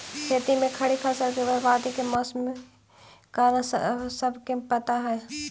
खेत में खड़ी फसल के बर्बादी के मौसमी कारण सबके पता हइ